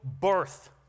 birth